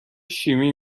شیمی